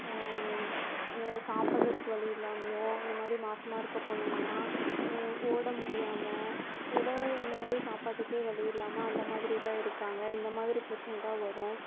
சாப்பிட்றத்துக்கு வழியில்லாமையோ இந்த மாதிரி மாசமாக இருக்க பொண்ணுங்கள்லாம் எ ஓட முடியாமல் ஏதோ ஒரு இந்த மாதிரி சாப்பாட்டுக்கே வழி இல்லாமல் அந்த மாதிரிலாம் இருக்காங்க இந்த மாதிரி பிரச்சனை தான் வரும்